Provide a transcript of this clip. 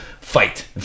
fight